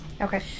okay